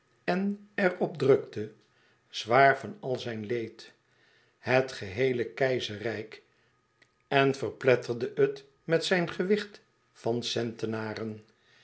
en er p drukte zwaar van al zijn leed het geheele keizerrijk en verpletterde het met zijn gewicht van centenaren